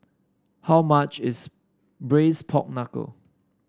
how much is Braised Pork Knuckle